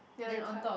behind the car